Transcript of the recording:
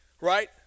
right